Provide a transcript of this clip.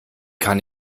kann